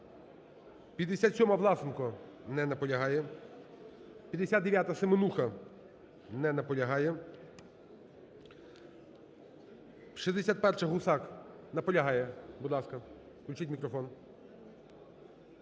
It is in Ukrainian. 57-ма, Власенко. Не наполягає. 59-та, Семенуха. Не наполягає. 61-а, Гусак. Наполягає. Будь ласка, включіть мікрофон,